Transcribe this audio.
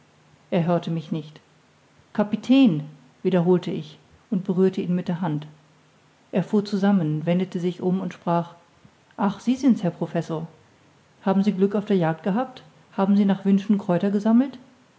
er hörte mich nicht kapitän wiederholte ich und berührte ihn mit der hand er fuhr zusammen wendete sich um und sprach ah sie sind's herr professor nun haben sie glück auf der jagd gehabt haben sie nach wünschen kräuter gesammelt